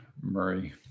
Murray